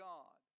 God